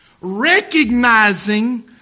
recognizing